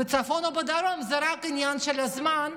בצפון או בדרום, זה רק עניין של זמן,